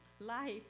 life